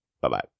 Bye-bye